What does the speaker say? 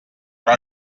però